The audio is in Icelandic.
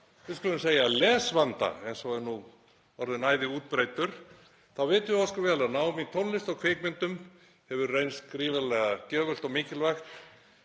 við skulum segja lesvanda eins og er nú orðinn æði útbreiddur, þá vitum við ósköp vel að nám í tónlist og kvikmyndum hefur reynst gríðarlega gjöfult og mikilvægt.